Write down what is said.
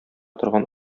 торган